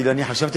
אני חשבתי,